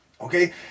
Okay